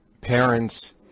parents